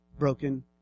broken